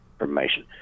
information